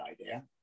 idea